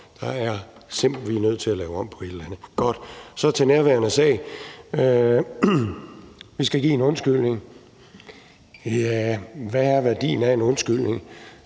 arbejdsform op. Vi er nødt til at lave om på et eller andet. Godt. Så går jeg til nærværende sag: Vi skal give en undskyldning. Hvad er værdien af en undskyldning?